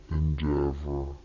endeavor